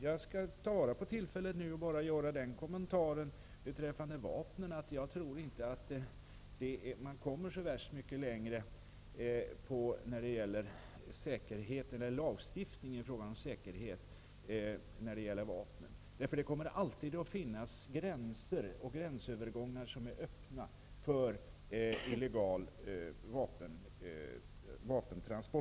Jag skall nu bara göra den kommentaren beträffande vapnen att jag inte tror att man kommer så värst mycket längre med lagstiftning i fråga om säkerhet när det gäller vapen. Det kommer alltid att finnas gränsövergångar som är öppna för illegal vapensmuggling.